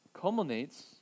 culminates